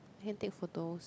can take photo